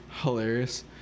Hilarious